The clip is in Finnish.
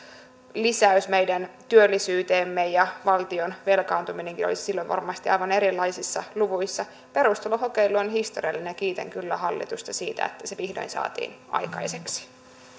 lisäys meidän työllisyyteemme ja valtion velkaantuminenkin olisi silloin varmasti aivan erilaisissa luvuissa perustulokokeilu on historiallinen ja kiitän kyllä hallitusta siitä että se vihdoin saatiin aikaiseksi